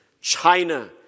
China